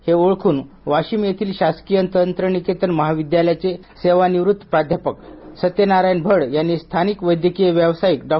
हे ओळखून वाशिम येथील शासकीय तंत्रनिकेतन महाविद्यालयाचे सेवानिवृत्त प्राध्यापक सत्यनारायण भड यांनी स्थानिक वैद्यकीय व्यावसायिक डॉ